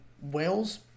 Wales